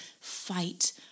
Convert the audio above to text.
fight